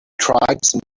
tribesmen